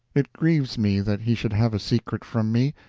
it grieves me that he should have a secret from me,